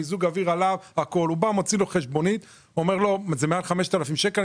הוא מוציא לו חשבונית ואומר לו שזה מעל 5,000 שקלים,